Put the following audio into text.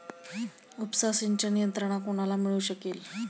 उपसा सिंचन यंत्रणा कोणाला मिळू शकेल?